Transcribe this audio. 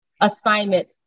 assignment